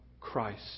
Christ